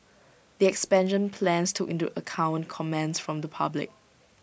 the expansion plans took into account comments from the public